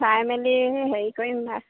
চাই মেলি এই হেৰি কৰিম বাৰু